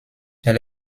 elle